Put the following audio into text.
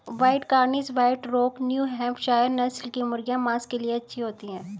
white Cornish, white rock, New Hampshire नस्ल की मुर्गियाँ माँस के लिए अच्छी होती हैं